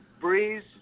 Breeze